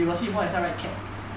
you got see before that side write CAT